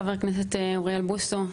ח"כ אוריאל בוסו,